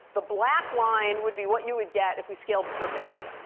the black line would be what you would get if we scaled perfectly.